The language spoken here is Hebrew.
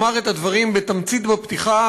אומַר את הדברים בתמצית בפתיחה,